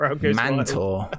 Mantor